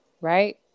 right